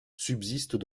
subsistent